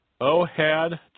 ohad